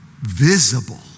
visible